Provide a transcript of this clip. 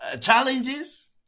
challenges